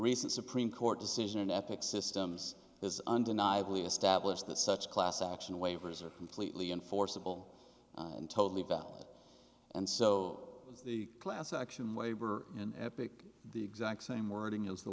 recent supreme court decision an epic systems is undeniably established that such class action waivers are completely enforceable and totally valid and so the class action waiver in epic the exact same wording is the